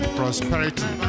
prosperity